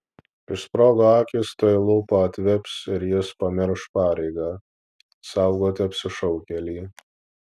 išsprogo akys tuoj lūpa atvips ir jis pamirš pareigą saugoti apsišaukėlį